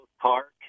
Park